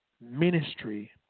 Ministry